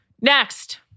Next